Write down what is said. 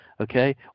Okay